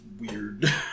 weird